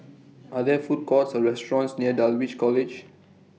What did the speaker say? Are There Food Courts Or restaurants near Dulwich College